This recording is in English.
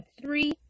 three